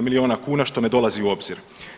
milijuna kuna, što ne dolazi u obzir.